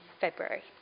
February